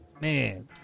man